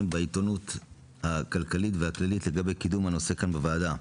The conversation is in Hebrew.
בעיתונות הכלכלית והכללית לגבי קידום הנושא כאן בוועדה.